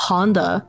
Honda